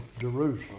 Jerusalem